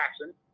Jackson